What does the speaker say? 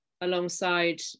alongside